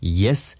yes